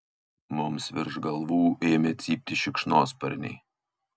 mums virš galvų ėmė cypti šikšnosparniai